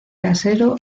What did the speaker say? casero